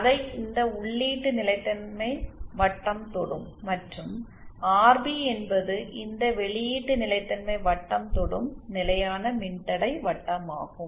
அதை இந்த உள்ளீட்டு நிலைத்தன்மை வட்டம் தொடும் மற்றும் ஆர்பி என்பது இந்த வெளியீட்டு நிலைத்தன்மை வட்டம் தொடும் நிலையான மின்தடை வட்டமாகும்